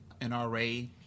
NRA